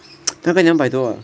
那个两百多 ah